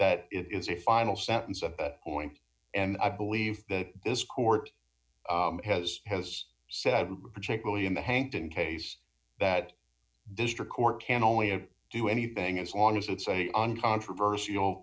that it is a final sentence of a point and i believe that this court has has said particularly in the hankton case that district court can only do anything as long as it's a uncontroversial